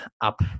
up